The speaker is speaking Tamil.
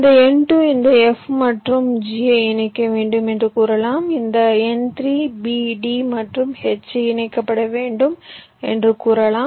இந்த N2 இந்த f மற்றும் g ஐ இணைக்க வேண்டும் என்று கூறலாம் இந்த N3bd மற்றும் h இணைக்கப்பட வேண்டும் என்று கூறலாம்